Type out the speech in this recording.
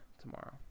tomorrow